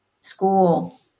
school